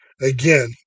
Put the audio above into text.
again